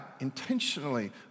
intentionally